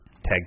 tag